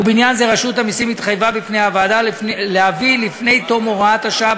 ובעניין זה רשות המסים התחייבה בפני הוועדה להביא לפני תום הוראת השעה,